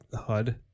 HUD